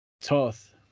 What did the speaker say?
Toth